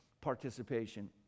participation